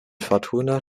fortuna